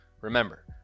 remember